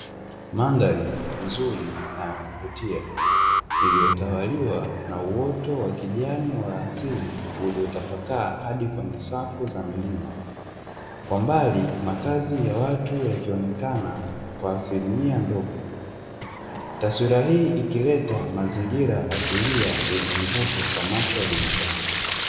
Mandhari nzuri na ya kuvutia iliyotawaliwa na uoto wa kijani wa asili uliotapakaa hadi kwenye safu za milima. Kwa mbali makazi ya watu yakionekana kwa asilimia ndogo. Taswira hii ikileta mazingira asilia yenye mvuto kwa macho ya binadamu.